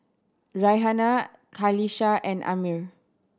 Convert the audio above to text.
Raihana Qalisha and Ammir